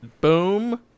boom